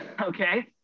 Okay